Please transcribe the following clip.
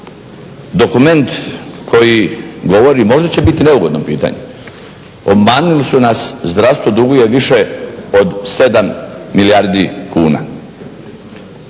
Dokument koji govori, možda će biti neugodno pitanje, obmanuli su nas, zdravstvo duguje više od 7 milijardi kuna.